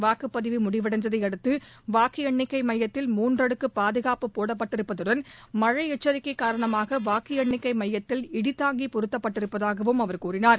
வாக்குப்பதிவு முடிவடைந்ததை அடுத்து வாக்கு என்ணிக்கை மையத்தில் மூன்றடுக்கு பாதுகாப்பு போடப்பட்டிருப்பதுடன் மழை எச்சிக்கை காரணமாக வாக்கு எண்ணிக்கை மையத்தில் இடிதாங்கி பொறுத்தப்பட்டிருப்பதாகவும் அவர் கூறினார்